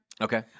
Okay